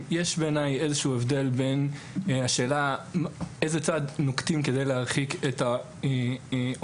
יש בעיני הבדל בין השאלה איזה צד נוקטים כדי להרחיק את העובד